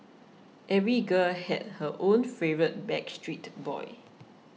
every girl had her own favourite Backstreet Boy